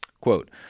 Quote